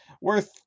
worth